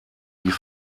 die